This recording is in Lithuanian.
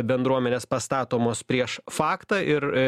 bendruomenės pastatomos prieš faktą ir